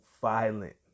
violent